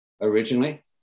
originally